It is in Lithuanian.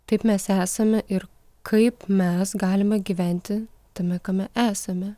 taip mes esame ir kaip mes galime gyventi tame kame esame